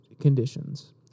conditions